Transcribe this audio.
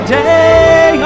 day